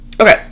okay